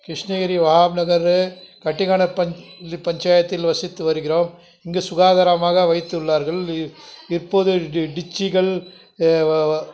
கிருஷ்ணகிரி வஹாப் நகர் கட்டிகானப் பஞ் இது பஞ்சாயத்தில் வசித்து வருகிறோம் இங்கு சுகாதாரமாக வைத்துள்ளார்கள் இ இப்போது டி டிச்சிகள்